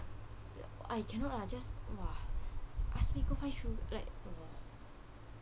I cannot lah just !wah! ask me go find sug~ like !wah!